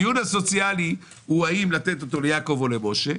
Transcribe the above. הדיון הסוציאלי הוא האם לתת אותו ליעקב או למשה,